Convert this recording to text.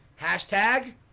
hashtag